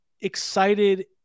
excited